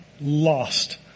lost